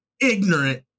ignorant